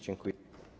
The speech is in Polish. Dziękuję.